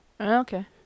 okay